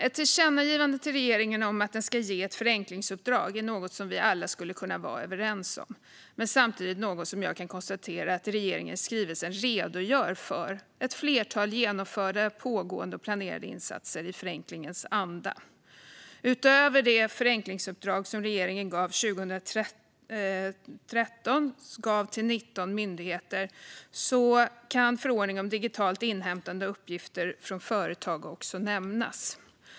Ett tillkännagivande till regeringen om att den ska ge ett förenklingsuppdrag är något vi alla skulle kunna vara överens om. Men jag kan samtidigt konstatera att regeringen i skrivelsen redogör för ett flertal genomförda, pågående och planerade insatser i förenklingens anda. Utöver det förenklingsuppdrag som regeringen 2013 gav till 19 myndigheter kan förordningen om digitalt inhämtande av uppgifter från företag nämnas.